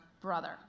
brother